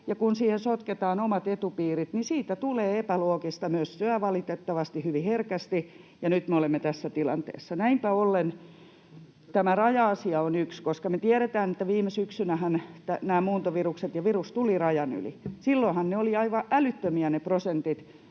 kun siihen sotketaan omat etupiirit, niin siitä tulee epäloogista mössöä valitettavasti hyvin herkästi, ja nyt me olemme tässä tilanteessa. Näinpä ollen tämä raja-asia on yksi, koska me tiedetään, että viime syksynähän virus ja nämä muuntovirukset tulivat rajan yli. Silloinhan olivat aivan älyttömiä